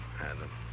Adam